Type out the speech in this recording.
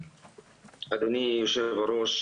אדוני יושב הראש,